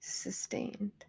sustained